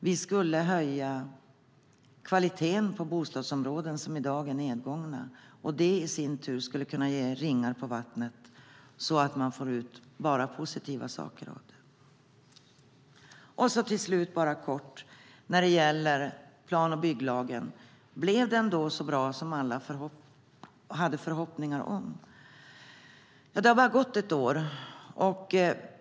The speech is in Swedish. Vi skulle höja kvaliteten på bostadsområden som i dag är nedgångna, och det skulle i sin tur kunna ge ringar på vattnet så att man får ut enbart positiva saker av detta. Till slut vill jag kort beröra plan och bygglagen. Blev den så bra som alla hade förhoppningar om? Det har bara gått ett år.